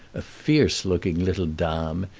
a fierce-looking little dame,